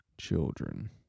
Children